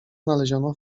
znaleziono